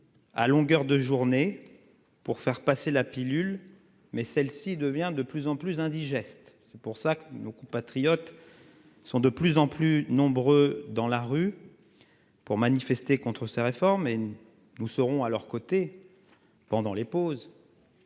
À longueur de journée pour faire passer la pilule, mais celle-ci devient de plus en plus indigeste. C'est pour ça que nos compatriotes. Sont de plus en plus nombreux dans la rue. Pour manifester contre ces réformes et nous serons à leurs côtés. Pendant les pauses.